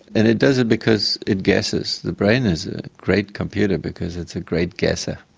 and it does it because it guesses. the brain is a great computer because it's a great guesser.